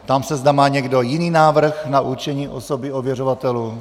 Ptám se, zda má někdo jiný návrh na určení osoby ověřovatelů.